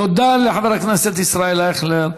תודה לחבר הכנסת ישראל אייכלר.